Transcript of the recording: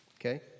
okay